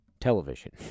television